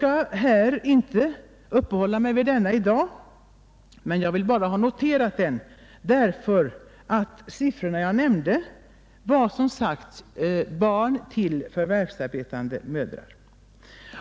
Jag skall inte uppehålla mig mera vid detta i dag, men jag vill ha det noterat därför att de siffror jag nämnde alltså avsåg barn till förvärvsarbetande mödrar.